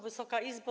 Wysoka Izbo!